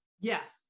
Yes